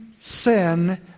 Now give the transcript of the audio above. sin